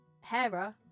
Hera